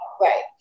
Right